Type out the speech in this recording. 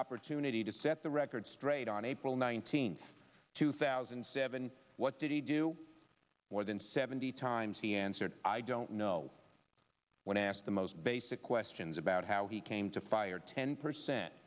opportunity to set the record straight on april nineteenth two thousand and seven what did he do more than seventy times he answered i don't know when asked the most basic questions about how he came to fire ten percent